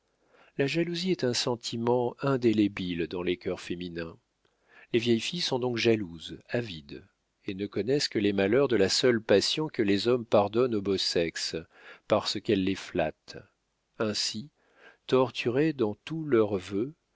la jalousie est un sentiment indélébile dans les cœurs féminins les vieilles filles sont donc jalouses à vide et ne connaissent que les malheurs de la seule passion que les hommes pardonnent au beau sexe parce qu'elle les flatte ainsi torturées dans tous leurs vœux